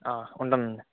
ఉంటాను అండి